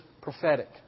prophetic